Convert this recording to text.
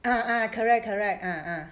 ah ah correct correct ah ah